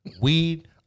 Weed